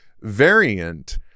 variant